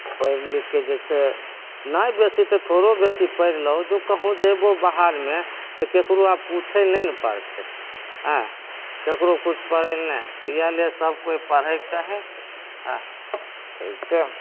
पढ़ि लिखके जे छै नहि बेसी तऽ थोड़ो बेसी पढ़ि लहो जो कहुँ जैबो बाहरमे तऽ केकरो आब पूछैत नहि ने पड़तै एँ केकरो किछु पढ़ै लए नहि तऽ इहए लिए सब केओ पढ़ैकऽ चाही एँ ठीक छै